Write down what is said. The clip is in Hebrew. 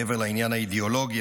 מעבר לעניין האידיאולוגי,